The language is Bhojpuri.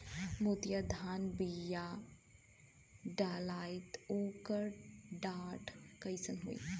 मोतिया धान क बिया डलाईत ओकर डाठ कइसन होइ?